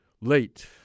late